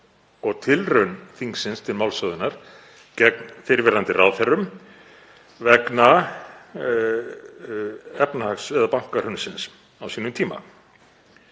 og tilraun þingsins til málshöfðunar gegn fyrrverandi ráðherrum vegna bankahrunsins á sínum tíma.